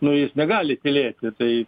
nu jis negali tylėti tai